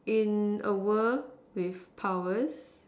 in a world with powers